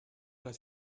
does